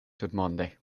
tutmonde